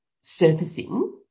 surfacing